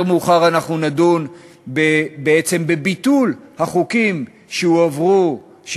מאוחר אנחנו נדון בעצם בביטול החוקים שהועברו,